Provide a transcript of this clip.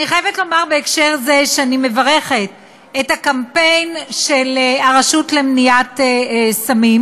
אני חייבת לומר בהקשר זה שאני מברכת על הקמפיין של הרשות למניעת סמים,